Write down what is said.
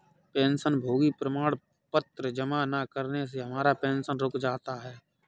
पेंशनभोगी प्रमाण पत्र जमा न करने से हमारा पेंशन रुक जाता है